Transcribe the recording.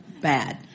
bad